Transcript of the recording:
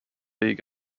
league